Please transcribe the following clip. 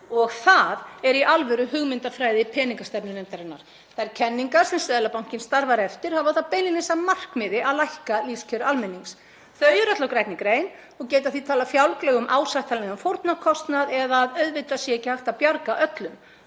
og það er í alvöru hugmyndafræði peningastefnunefndarinnar. Þær kenningar sem Seðlabankinn starfar eftir hafa það beinlínis að markmiði að lækka lífskjör almennings. Þau eru öll á grænni grein og geta því talað fjálglega um ásættanlegan fórnarkostnað eða að auðvitað sé ekki hægt að bjarga öllum.